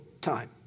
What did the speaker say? time